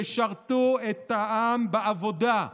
תשרתו את העם בעבודה,